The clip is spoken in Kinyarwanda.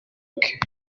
rock